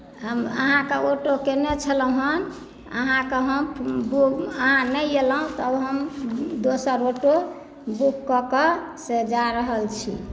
हम अहाँकेँ ऑटो कयने छलहुँ हेँ अहाँके हम अहाँ नहि एलहुँ तब हम दोसर ऑटो बुक कऽ कऽ से जा रहल छी